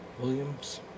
Williams